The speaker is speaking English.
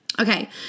Okay